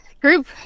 Group